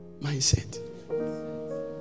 mindset